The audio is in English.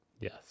Yes